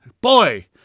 boy